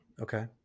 Okay